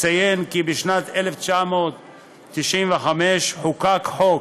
נציין כי בשנת 1995 חוקק חוק